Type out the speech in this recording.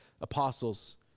apostles